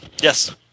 Yes